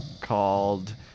called